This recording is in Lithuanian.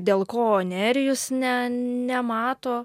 dėl ko nerijus ne nemato